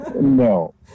No